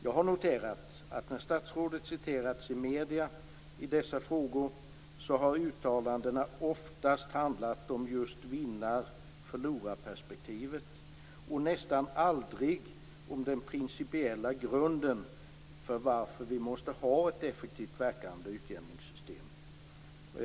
Jag har noterat att när statsrådet har citerats i medier i dessa frågor har uttalandena oftast handlat om just vinna/förlora-perspektivet och nästan aldrig om den principiella grunden för varför vi måste ha ett effektivt verkande utjämningssystem.